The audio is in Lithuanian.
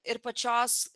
ir pačios